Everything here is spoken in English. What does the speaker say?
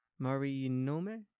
Marinome